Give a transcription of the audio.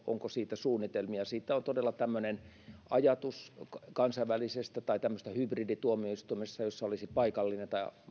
onko siitä suunnitelmia todella tämmöinen ajatus kansainvälisestä tai tämmöisestä hybridituomioistuimesta jossa olisi paikallinen tai